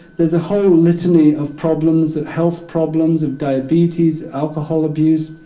there's a whole litany of problems health problems, of diabetes, alcohol abuse,